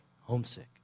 Homesick